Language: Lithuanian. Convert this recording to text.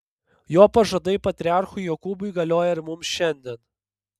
jo pažadai patriarchui jokūbui galioja ir mums šiandien